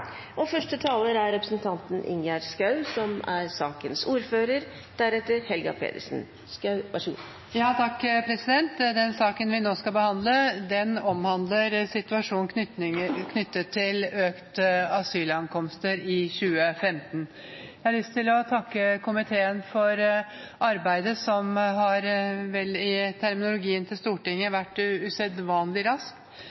Den saken vi nå skal behandle, omhandler situasjonen knyttet til økte asylankomster i 2015. Jeg har lyst til å takke komiteen for arbeidet, som har gått – i terminologien til Stortinget – usedvanlig raskt,